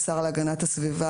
השר להגנת הסביבה,